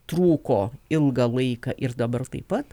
trūko ilgą laiką ir dabar taip pat